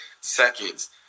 seconds